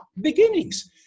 Beginnings